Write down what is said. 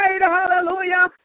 hallelujah